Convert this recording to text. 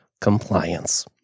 compliance